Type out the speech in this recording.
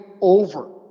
over